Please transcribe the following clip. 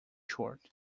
short